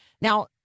Now